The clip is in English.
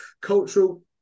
cultural